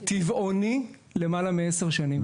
טבעוני למעלה מעשר שנים.